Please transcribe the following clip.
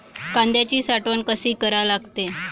कांद्याची साठवन कसी करा लागते?